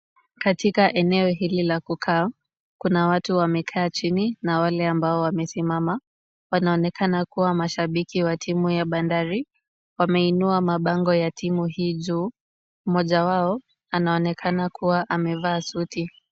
Katika eneo hili la kukaa kuna watu wamekaa chini na wale ambao wamesimama wanaonekana kuwa mashabiki wa timu ya bandari, wameinua mabango ya timu hii juu mmoja wao anaonekana kuwa amevaa suti.